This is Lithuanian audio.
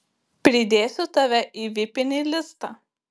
pridėsiu tave į vipinį listą